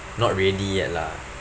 not ready yet lah